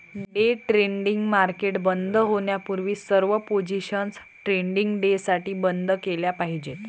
day trading market बंद होण्यापूर्वी सर्व पोझिशन्स ट्रेडिंग डेसाठी बंद केल्या पाहिजेत